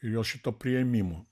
ir jos šito priėmimo